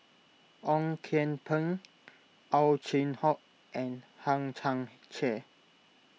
Ong Kian Peng Ow Chin Hock and Hang Chang Chieh